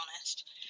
honest